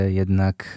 jednak